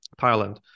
Thailand